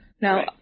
Now